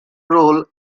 rule